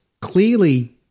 clearly